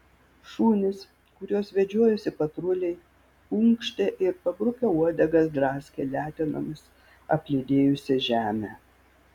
šunys kuriuos vedžiojosi patruliai unkštė ir pabrukę uodegas draskė letenomis apledėjusią žemę